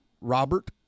Robert